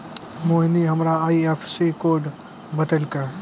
मोहिनी हमरा IFSC code बतैलकै